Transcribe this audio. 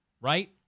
right